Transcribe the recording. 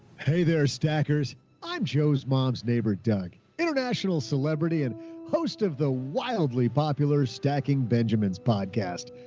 hey there, stackers i'm joe's mom's neighbor, doug international celebrity and host of the wildly popular stacking benjamins podcast.